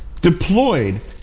deployed